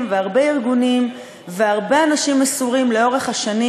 והרבה ארגונים והרבה אנשים מסורים לאורך השנים.